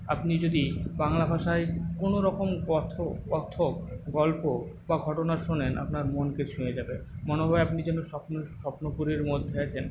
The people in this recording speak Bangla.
আপনি যদি বাংলা ভাষায় কোনোরকম কথ কথ গল্প বা ঘটনা শোনেন আপনার মনকে ছুঁয়ে যাবে মনে হবে আপনি যেন স্বপ্ন স্বপ্নপুরীর মধ্যে আছেন